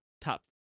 top